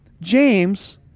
James